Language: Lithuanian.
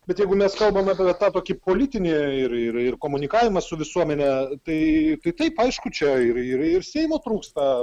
bet jeigu mes kalbame apie tą tokį politinį ir ir ir komunikavimą su visuomene tai tai taip aišku čia ir ir ir seimo trūksta